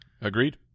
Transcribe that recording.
Agreed